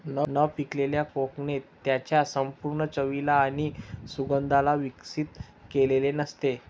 न पिकलेल्या कोकणे त्याच्या संपूर्ण चवीला आणि सुगंधाला विकसित केलेले नसते